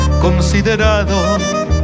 considerado